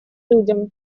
людям